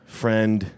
friend